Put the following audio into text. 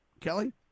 Kelly